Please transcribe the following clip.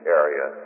area